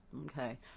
okay